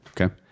Okay